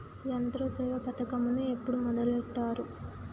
యంత్రసేవ పథకమును ఎప్పుడు మొదలెట్టారు?